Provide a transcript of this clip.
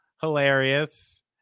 hilarious